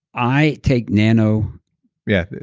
i take nano yeah.